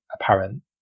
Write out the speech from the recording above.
apparent